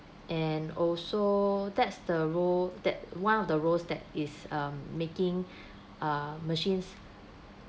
and also that's the role that one of the roles that is um making ah machines